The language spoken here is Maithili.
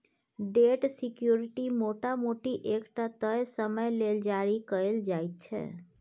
डेट सिक्युरिटी मोटा मोटी एकटा तय समय लेल जारी कएल जाइत छै